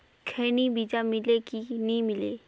खैनी बिजा मिले कि नी मिले?